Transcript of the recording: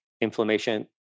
inflammation